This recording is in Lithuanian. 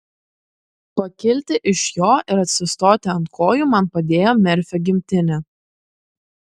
pakilti iš jo ir atsistoti ant kojų man padėjo merfio gimtinė